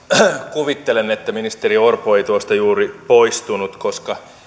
kuvittelen että ministeri orpo ei tuosta juuri poistunut koska